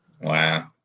wow